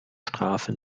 strafe